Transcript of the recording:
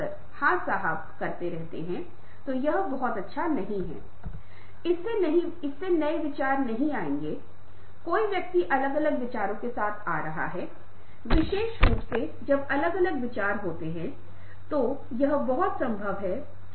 इन कड़ियों के लिए कृपया चर्चा मंच की जाँच करें और यहाँ संदर्भ हैं कि मैंने उन साइटों की खोज करने के लिए उपयोग किया है जो विभिन्न प्रकार के नरम कौशल के बारे में बात करते हैं जिनके बारे में हम बात कर रहे थे और जिनके बारे में हमने विस्तृत चर्चा की है और जो हमारे द्वारा कवर किए गए कौशल के अधिकांश कौशल है